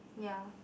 ya